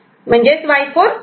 Y4 1 आहे